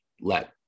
let